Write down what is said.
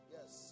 Yes